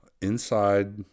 inside